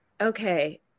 okay